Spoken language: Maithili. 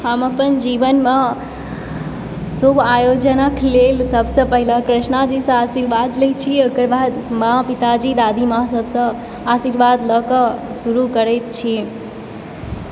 हम अपन जीवनमे शुभ आयोजनक लेल सभसँ पहिले कृष्णाजीसँ आशीर्वाद लैत छी आओर ओकरबाद माँ पिताजी दादीमाँ सभसँ आशीर्वाद लऽ कऽ शुरू करैत छी